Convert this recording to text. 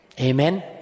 Amen